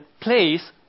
place